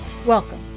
Welcome